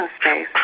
space